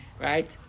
right